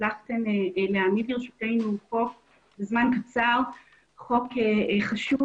שהצלחתם להעמיד לרשותנו בזמן קצר חוק חשוב